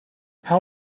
how